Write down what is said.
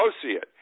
associate